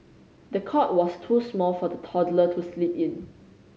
the cot was too small for the toddler to sleep in